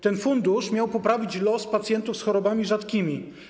Ten fundusz miał poprawić los pacjentów z chorobami rzadkimi.